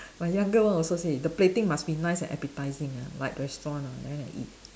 my younger one also say the plating must be nice and appetising ah like restaurant ah then I eat